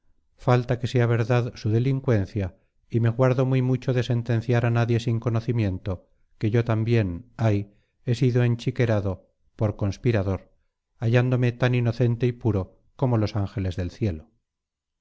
falta que sea verdad su delincuencia y me guardo muy mucho de sentenciar a nadie sin conocimiento que yo también ay he sido enchiquerado por conspirador hallándome tan inocente y puro como los ángeles del cielo